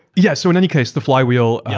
yeah so in any case the flywheel,